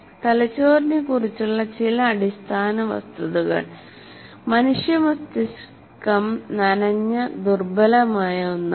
തലച്ചോറിനെക്കുറിച്ചുള്ള ചില അടിസ്ഥാന വസ്തുതകൾ മനുഷ്യ മസ്തിഷ്കം നനഞ്ഞ ദുർബലമായ ഒന്നാണ്